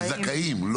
זכאים.